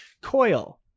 Coil